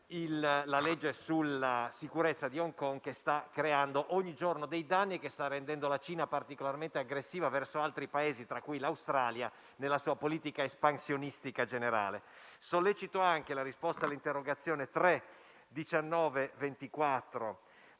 la legge sulla sicurezza di Hong Kong che sta creando ogni giorno dei danni e sta rendendo la Cina particolarmente aggressiva verso altri Paesi, tra cui l'Australia, nella sua politica espansionistica generale. Sollecito anche la risposta all'interrogazione